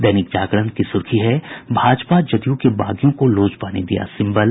दैनिक जागरण की सुर्खी है भाजपा जदयू के बागियों को लोजपा ने दिया सिम्बल